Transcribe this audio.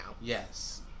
Yes